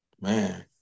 man